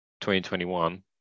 2021